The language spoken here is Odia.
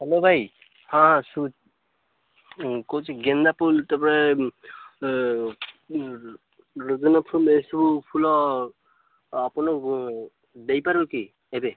ହ୍ୟାଲୋ ଭାଇ ହଁ କହୁଛି ଗେନ୍ଦା ଫୁଲ ଦେବେ ରଜନୀ ଫୁଲ୍ ଏ ସବୁ ଫୁଲ ଆପଣ ଦେଇପାରକି ଏବେ